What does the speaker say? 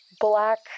black